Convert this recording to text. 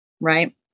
right